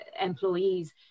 employees